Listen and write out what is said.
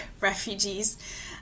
refugees